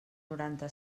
noranta